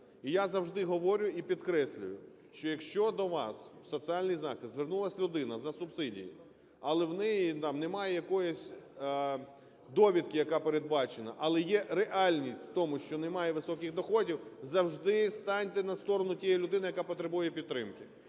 І я завжди говорю і підкреслюю, що якщо до вас в соціальний захист звернулась людина за субсидією, але в неї там немає якоїсь довідки, яка передбачена, але є реальність в тому, що немає високих доходів, завжди станьте на сторону тієї людини, яка потребує підтримки.